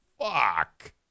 fuck